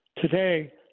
Today